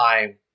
time